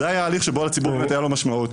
זה היה הליך שבו לציבור באמת היה משמעות.